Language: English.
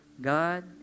God